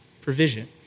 provision